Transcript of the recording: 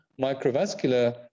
microvascular